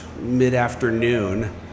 mid-afternoon